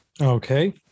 Okay